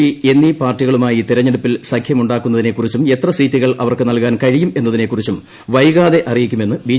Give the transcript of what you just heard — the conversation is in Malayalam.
പി എന്നീ പാർട്ടികളുമായി തെരെഞ്ഞെടുപ്പിൽ സഖ്യമുണ്ടാക്കുന്നതിനെകുറിച്ചും എത്രസീറ്റുകൾ അവർക്ക് നൽകാൻ കഴിയും എന്നതിനെ കുറിച്ചും വൈകാതെ അറിയിക്കുമെന്ന് ബി